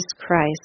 Christ